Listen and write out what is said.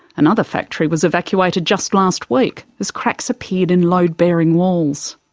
another factory was evacuated just last week as cracks appeared in load bearing walls.